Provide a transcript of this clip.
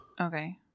Okay